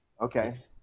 Okay